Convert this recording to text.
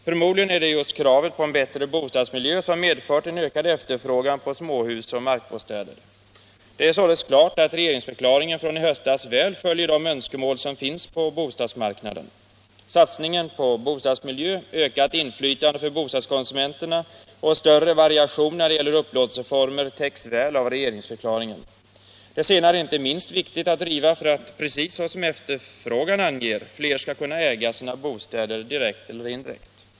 Förmodligen är det just kravet på en bättre bostadsmiljö som medfört en ökad efterfrågan på småhus och markbostäder. Det är således klart att regeringsförklaringen från i höstas väl följer de önskemål som finns på bostadsmarknaden. Satsning på bättre bostadsmiljö, ökat inflytande för bostadskonsumenterna och större variation när det gäller upplåtelseformer är krav som täcks väl av regeringsförklaringen. Det senare kravet är inte minst viktigt att driva för att — precis som efterfrågan anger — fler skall kunna äga sina bostäder, direkt eller indirekt.